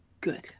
Good